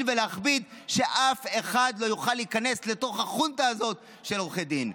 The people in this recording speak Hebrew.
ולהכביד כדי שאף אחד לא יוכל להיכנס לתוך החונטה הזאת של עורכי הדין.